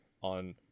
on